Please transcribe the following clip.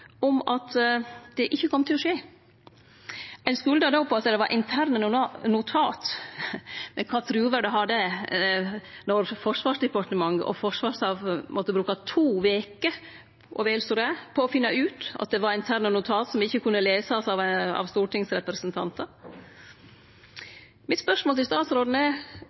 om at det ikkje kom til å skje. Ein skulda då på at det var interne notat, men kva truverd har det når Forsvarsdepartementet og Forsvarsstaben måtte bruke to veker og vel så det på å finne ut at det var interne notat som ikkje kunne lesast av stortingsrepresentantar? Mitt spørsmål til statsråden er: